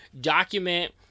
document